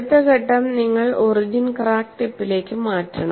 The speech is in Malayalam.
അടുത്ത ഘട്ടം നിങ്ങൾ ഒറിജിൻ ക്രാക്ക് ടിപ്പിലേക്ക് മാറ്റണം